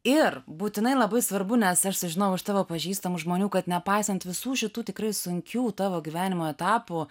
ir būtinai labai svarbu nes aš sužinojau iš tavo pažįstamų žmonių kad nepaisant visų šitų tikrai sunkių tavo gyvenimo etapų